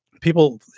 people